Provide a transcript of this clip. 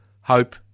hope